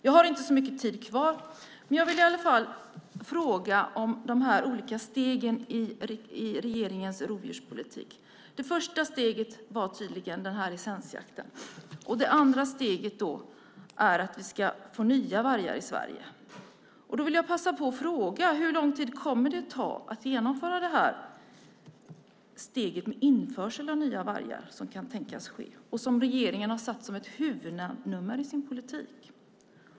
Jag har inte så mycket talartid kvar, men jag vill i alla fall fråga om de olika stegen i regeringens rovdjurspolitik. Det första steget var tydligen den här licensjakten. Det andra steget är att vi ska få nya vargar i Sverige. Då vill jag passa på att fråga: Hur lång tid kommer det att ta att genomföra det här steget med införsel av nya vargar, som kan tänkas ske och som regeringen har som ett huvudnummer i sin politik?